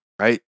right